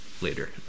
later